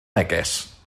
neges